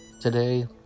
Today